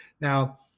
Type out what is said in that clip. Now